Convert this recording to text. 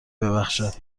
ببخشد